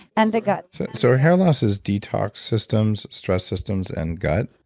and the gut so hair loss's detox systems, stress systems and gut?